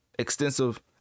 extensive